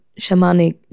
shamanic